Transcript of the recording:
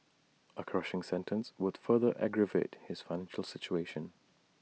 A crushing sentence would further aggravate his financial situation